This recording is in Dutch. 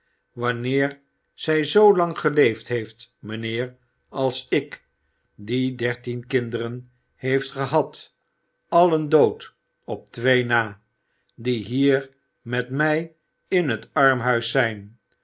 wanneer zij zoolang geleefd heeft mijnheer als ik die dertien kinderen heb gehad allen dood op twee na die hier met mij in het armhuis zijn